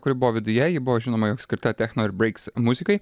kur buvo viduje ji buvo žinoma jog skirta techno ir breiks muzikai